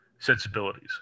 sensibilities